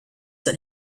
that